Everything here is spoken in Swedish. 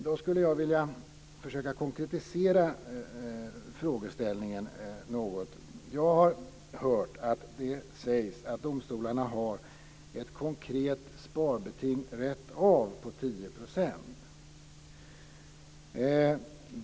Därför skulle jag vilja försöka konkretisera frågeställningen något. Jag har hört att det sägs att domstolarna har ett konkret sparbeting rätt av på 10 %.